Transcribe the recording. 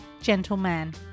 Gentleman